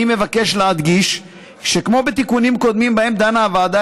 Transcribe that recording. אני מבקש להדגיש שכמו בתיקונים קודמים שבהם דנה הוועדה,